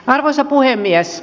arvoisa puhemies